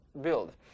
build